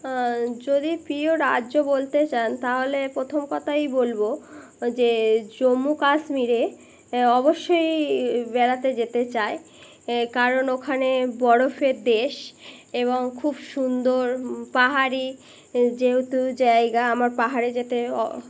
যদি প্রিয় রাজ্য বলতে চান তাহলে প্রথম কথাই বলবো যে জম্মু কাশ্মীরে অবশ্যই বেড়াতে যেতে চাই কারণ ওখানে বরফের দেশ এবং খুব সুন্দর পাহাড়ি যেহেতু জায়গা আমার পাহাড়ে যেতে